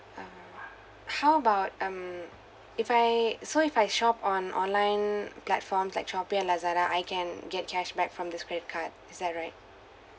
uh how about um if I so if I shop on online platforms like Shopee and Lazada I can get cashback from this credit card is that right